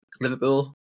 Liverpool